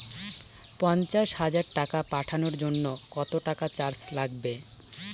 পণ্চাশ হাজার টাকা পাঠানোর জন্য কত টাকা চার্জ লাগবে?